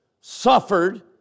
suffered